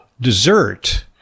dessert